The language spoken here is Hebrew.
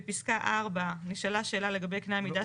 בפסקה 4 נשאלה שאלה לגבי קנה המידה.